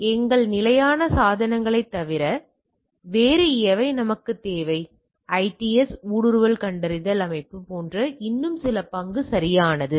எனவே எங்கள் நிலையான சாதனங்களைத் தவிர வேறு எவை நமக்குத் தேவை ஐடிஎஸ் ஊடுருவல் கண்டறிதல் அமைப்பு போன்ற இன்னும் சில பங்கு சரியானது